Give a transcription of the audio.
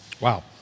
Wow